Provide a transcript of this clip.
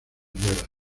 ruedas